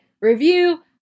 review